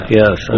yes